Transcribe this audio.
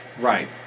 Right